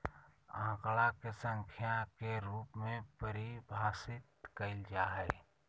आंकड़ा के संख्या के रूप में परिभाषित कइल जा हइ